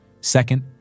Second